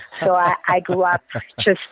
so i grew up